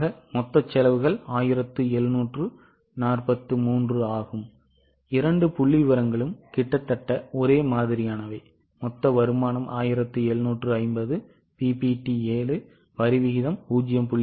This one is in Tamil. ஆக மொத்த செலவுகள் 1743 ஆகும் இரண்டு புள்ளிவிவரங்களும் கிட்டத்தட்ட ஒரே மாதிரியானவை மொத்த வருமானம் 1750 PBT 7 வரி விகிதம் 0